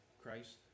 Christ